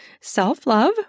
self-love